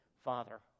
Father